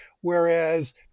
Whereas